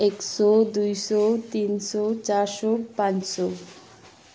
एक सय दुई सय तिन सय चार सय पाँच सय